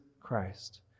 Christ